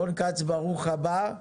רון כץ, ברוך הבא.